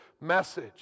message